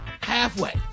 Halfway